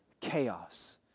chaos